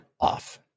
off